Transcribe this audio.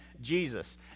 Jesus